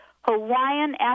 Hawaiian